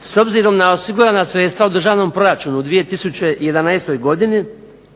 S obzirom na osigurana sredstva u Državnom proračunu za 2011. godinu